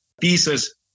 pieces